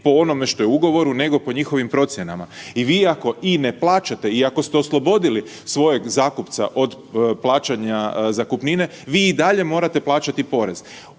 po onome što je u ugovora nego po njihovim procjenama. I vi ako i ne plaćate i ako ste oslobodili svojeg zakupca od plaćanja zakupnine, vi i dalje morate plaćati porez.